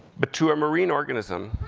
but to a marine organism,